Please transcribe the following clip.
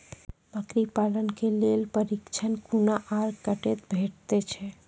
बकरी पालन के लेल प्रशिक्षण कूना आर कते भेटैत छै?